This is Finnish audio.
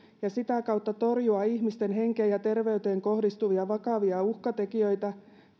ja sitä kautta torjua ihmisten henkeen ja terveyteen kohdistuvia vakavia uhkatekijöitä